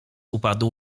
upadł